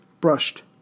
brushed